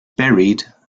buried